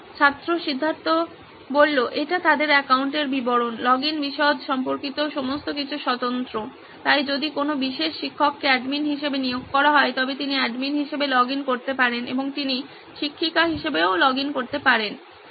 ছাত্র সিদ্ধার্থ এটি তাদের অ্যাকাউন্টের বিবরণ লগইন বিশদ সম্পর্কিত সমস্ত কিছু স্বতন্ত্র তাই যদি কোনও বিশেষ শিক্ষিকাকে অ্যাডমিন হিসাবে নিয়োগ করা হয় তবে তিনি অ্যাডমিন হিসাবে লগইন করতে পারেন এবং তিনি শিক্ষিকা হিসাবেও লগইন করতে পারেন